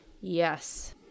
Yes